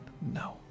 No